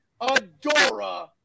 Adora